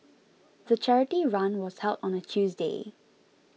the charity run was held on a Tuesday